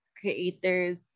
creators